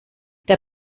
der